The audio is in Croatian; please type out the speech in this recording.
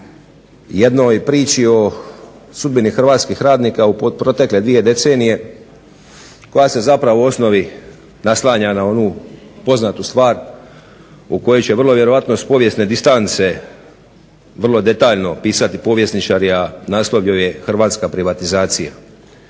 jednoj priči o sudbini hrvatskih radnika u protekle dvije decenije, koja se zapravo u osnovu naslanja na onu poznatu stvar u kojoj će vrlo vjerojatno s povijesne distance vrlo detaljno opisati povjesničari, a naslov joj je "Hrvatska privatizacija".